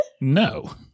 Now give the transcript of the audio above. No